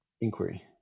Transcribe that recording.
inquiry